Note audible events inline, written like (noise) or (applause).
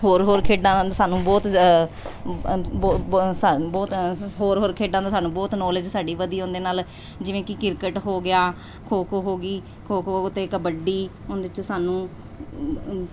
ਹੋਰ ਹੋਰ ਖੇਡਾਂ ਸਾਨੂੰ ਬਹੁਤ (unintelligible) ਬਹੁਤ ਹੋਰ ਹੋਰ ਖੇਡਾਂ ਦਾ ਸਾਨੂੰ ਬਹੁਤ ਨੋਲੇਜ ਸਾਡੀ ਵਧੀ ਉਹਦੇ ਨਾਲ ਜਿਵੇਂ ਕਿ ਕ੍ਰਿਕਟ ਹੋ ਗਿਆ ਖੋ ਖੋ ਹੋ ਗਈ ਖੋ ਖੋ ਅਤੇ ਕਬੱਡੀ ਉਹਦੇ 'ਚ ਸਾਨੂੰ